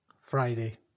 Friday